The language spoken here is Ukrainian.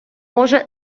може